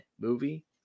movie